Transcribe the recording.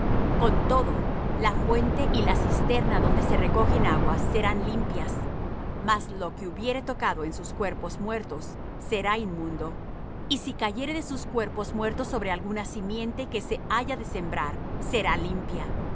con todo la fuente y la cisterna donde se recogen aguas serán limpias mas lo que hubiere tocado en sus cuerpos muertos será inmundo y si cayere de sus cuerpos muertos sobre alguna simiente que se haya de sembrar será limpia